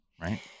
right